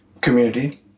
community